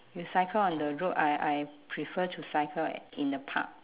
you cycle on the road I I prefer to cycle in the park